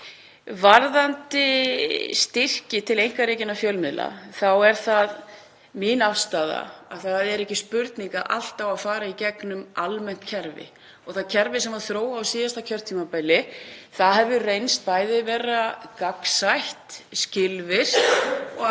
Varðandi styrki til einkarekinna fjölmiðla þá er það mín afstaða að það sé ekki spurning að allt á að fara í gegnum almennt kerfi og það kerfi sem var þróað á síðasta kjörtímabili hefur reynst bæði vera gagnsætt, skilvirkt og